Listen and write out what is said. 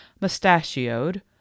mustachioed